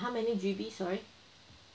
how many G_B sorry